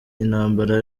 intambara